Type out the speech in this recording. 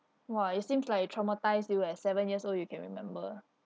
!wah! it seems like it traumatise you at seven years old you can remember